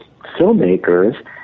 filmmakers